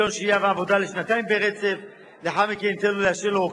אמרתי לו: